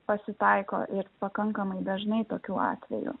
pasitaiko ir pakankamai dažnai tokių atvejų